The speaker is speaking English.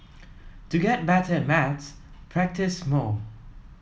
to get better at maths practise more